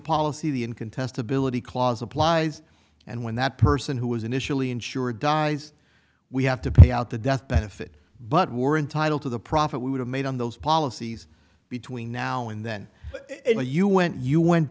policy the in contestability clause applies and when that person who was initially insured dies we have to pay out the death benefit but we're entitled to the profit we would have made on those policies between now and then you went you went